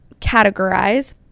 categorize